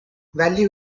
value